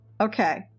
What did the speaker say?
Okay